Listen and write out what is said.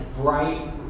bright